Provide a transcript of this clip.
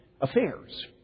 affairs